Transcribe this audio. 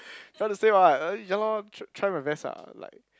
you want to say what ya lor tr~ try my best ah like